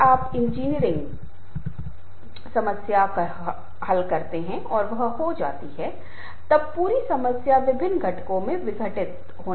आप रूटीन परिचय से प्रस्तुति को शुरू कर सकते हैं फिर निष्कर्ष पर जा सकते हैं आपने जो भी तय किया है आपको इसकी योजना बनानी होगी